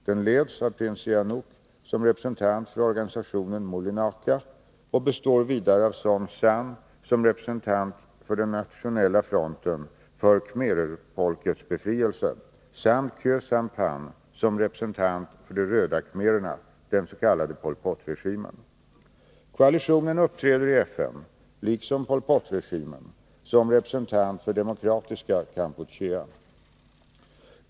Den leds av prins Sihanouk som representant för organisationen Moulinaka och består vidare av Son Sann som representant för den Nationella Fronten för Khmerfolkets Befrielse samt Khieu Samphan som representant för de röda khmererna, den s.k. Pol Pot-regimen. Koalitionen uppträder i FN liksom Pol Pot-regimen som representant för Demokratiska Kampuchea.